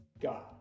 God